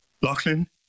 Lachlan